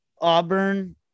Auburn